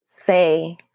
Say